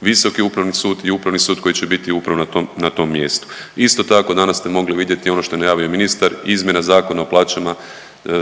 Visoki upravni sud i Upravni sud koji će biti upravo na tom mjestu. Isto tako, danas ste mogli vidjeti ono što je najavio ministar izmjena Zakona o plaćama